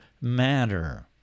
matter